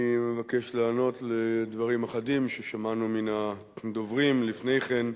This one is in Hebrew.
אני מבקש לענות על דברים אחדים ששמענו מן הדוברים לפני כן.